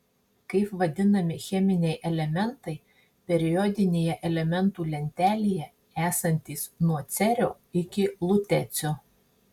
kaip vadinami cheminiai elementai periodinėje elementų lentelėje esantys nuo cerio iki lutecio